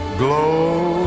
glow